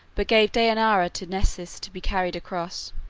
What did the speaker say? but gave dejanira to nessus to be carried across.